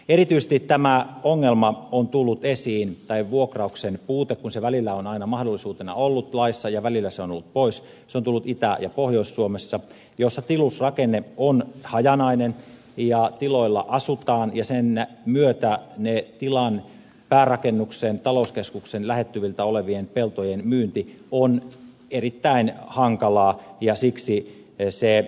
erityisesti tämä ongelma vuokrauksen puute kun se välillä on aina mahdollisuutena ollut laissa ja välillä se on ollut poissa on tullut esiin itä ja pohjois suomessa jossa tilusrakenne on hajanainen ja tiloilla asutaan ja sen myötä tilan päärakennuksen talouskeskuksen lähettyvillä olevien peltojen myynti on erittäin hankalaa ja siksi essee